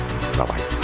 bye-bye